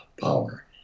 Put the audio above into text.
power